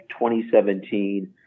2017